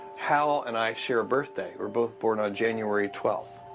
hal and i share a birthday, we're both born on january twelve.